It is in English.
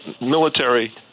military